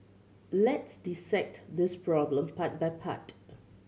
let's dissect this problem part by part